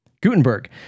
Gutenberg